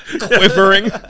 quivering